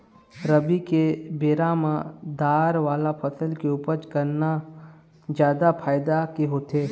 रबी के बेरा म दार वाला फसल के उपज करना जादा फायदा के होथे